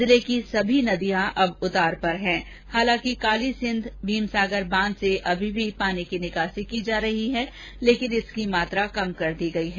जिले की सभी नदियां अब उतार पर है हालांकि कालीसिंध भीम सागर बांध से अभी भी पानी की निकासी की जा रही है लेकिन मात्रा कम कर दी गई है